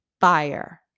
fire